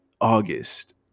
August